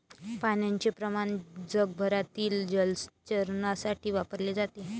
पाण्याचे प्रमाण जगभरातील जलचरांसाठी वापरले जाते